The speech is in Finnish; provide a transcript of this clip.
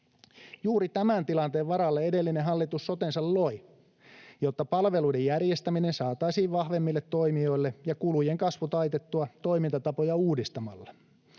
Juuri tämän tilanteen varalle edellinen hallitus sotensa loi, jotta palveluiden järjestäminen saataisiin vahvemmille toimijoille ja kulujen kasvu taitettua toimintatapoja uudistamalla.